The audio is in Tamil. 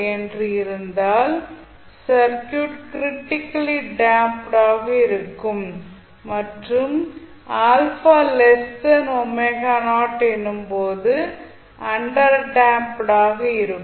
என்று இருந்தால் சர்க்யூட் க்ரிட்டிக்கல்லி டேம்ப்ட் ஆக இருக்கும் மற்றும் எனும் போது அண்டர் டேம்ப்ட் ஆக இருக்கும்